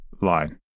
line